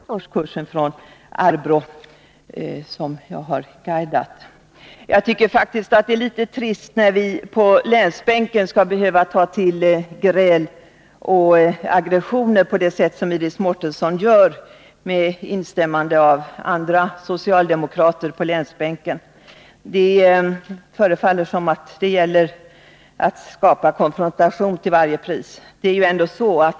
Herr talman! Jag ber om kammarens tillgift för att jag begärt ordet, men Iris Mårtensson angrep Johan A. Olsson och mig för vårt ställningstagande när det gäller frågan om allemansradion. Jag hade inte möjlighet att vara här i kammaren tidigare, eftersom jag har guidat skolelever, nionde årskursen från Arbrå. Jag tycker faktiskt att det är litet trist, när vi på länsbänken skall behöva ta till gräl och aggressioner på det sätt som Iris Mårtensson gör, med instämmande av andra socialdemokrater från länet. Det förefaller som om det gäller att skapa konfrontation till varje pris.